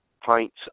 pints